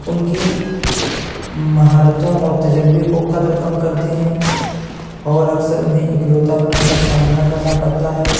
ان کی مہارتوں اور تجربے کو قدر کم کرتے ہیں اور اکثر انہیں اکلوتاپن کا سامنا کرنا پڑتا ہے